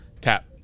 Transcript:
tap